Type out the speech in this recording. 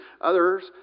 others